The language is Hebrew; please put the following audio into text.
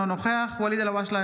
אינו נוכח ואליד אלהואשלה,